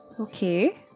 Okay